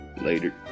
Later